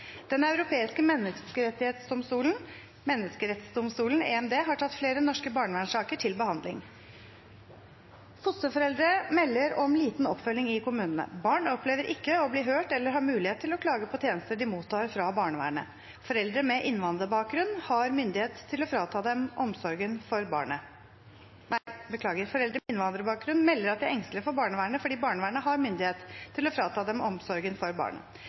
Den europeiske menneskerettsdomstol har hatt flere barnevernssaker til behandling. Fosterforeldre melder også om liten og manglende oppfølging i kommunene. Det er barn som opplever ikke å bli hørt. Det er barn som ikke får den hjelpen på skolen som de trenger. Det er barn som ikke har mulighet til å klage på den tjenesten de faktisk mottar i kommunene. Foreldre med innvandrerbakgrunn melder også at de er engstelige for barnevernet og vegrer seg for å